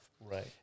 Right